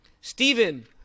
Stephen